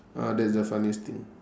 ah that's the funniest thing